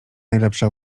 najlepsze